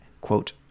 quote